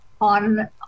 on